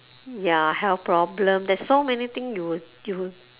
ya health problem there's so many thing you will you will